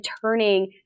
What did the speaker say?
turning